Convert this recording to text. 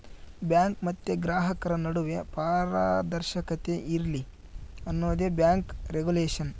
bank ಮತ್ತೆ ಗ್ರಾಹಕರ ನಡುವೆ ಪಾರದರ್ಶಕತೆ ಇರ್ಲಿ ಅನ್ನೋದೇ ಬ್ಯಾಂಕ್ ರಿಗುಲೇಷನ್